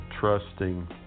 trusting